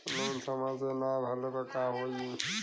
Loan समय से ना भरले पर का होयी?